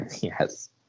Yes